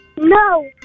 No